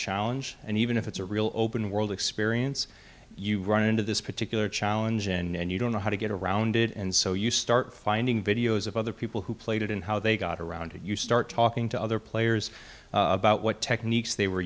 challenge and even if it's a real open world experience you run into this particular challenge and you don't know how to get around it and so you start finding videos of other people who played it and how they got around you start talking to other players about what techniques they were